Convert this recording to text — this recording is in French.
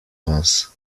reims